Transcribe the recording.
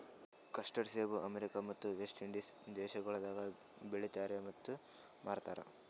custard ಸೇಬ America ಮತ್ತ West Indies ದೇಶಗೊಳ್ದಾಗ್ ಬೆಳಿತಾರ್ ಮತ್ತ ಮಾರ್ತಾರ್